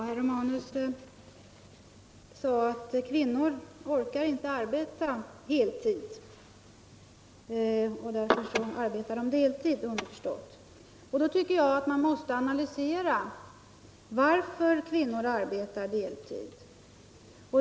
Herr talman! Herr Romanus sade att kvinnor inte orkar arbeta heltid, och därför arbetar de deltid. Då tvcker jag att man måste analysera varför kvinnor arbetar deltid.